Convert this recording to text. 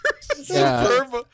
Superb